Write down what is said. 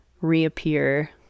reappear